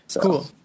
Cool